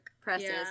presses